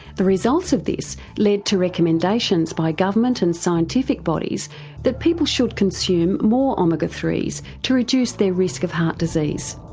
the results of this led to recommendations by government and scientific bodies that people should consume more omega three to reduce their risk of heart disease.